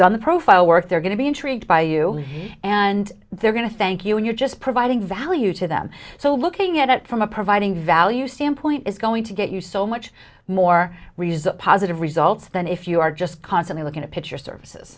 done the profile work they're going to be intrigued by you and they're going to thank you and you're just providing value to them so looking at it from a providing value standpoint is going to get you so much more result positive results than if you are just constantly looking to pitch your services